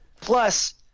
Plus